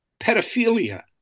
pedophilia